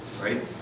right